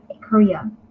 Korea